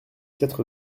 quatre